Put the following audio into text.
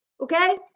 Okay